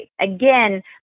Again